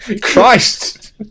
Christ